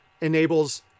enables